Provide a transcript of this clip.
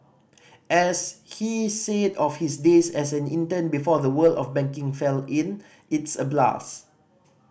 as he said of his days as an intern before the world of banking fell in it's a blast